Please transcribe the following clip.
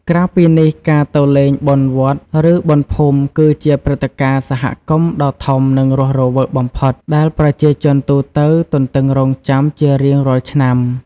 ក្រៅពីនេះ ការទៅលេង បុណ្យវត្ត ឬ បុណ្យភូមិ គឺជាព្រឹត្តិការណ៍សហគមន៍ដ៏ធំ និងរស់រវើកបំផុត ដែលប្រជាជនទូទៅទន្ទឹងរង់ចាំជារៀងរាល់ឆ្នាំ។